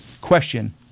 Question